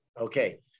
Okay